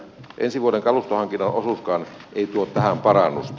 ensi vuoden kalustohankinnan osuuskaan ei tuo tähän parannusta